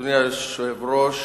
אדוני היושב-ראש,